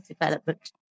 development